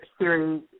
series